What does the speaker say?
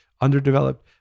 underdeveloped